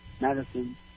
medicine